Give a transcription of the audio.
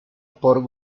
por